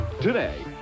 Today